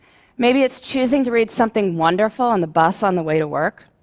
maybe it's choosing to read something wonderful on the bus on the way to work.